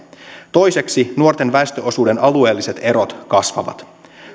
toiseksi nuorten väestöosuuden alueelliset erot kasvavat